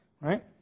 right